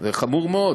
אנחנו כבר שנים דנים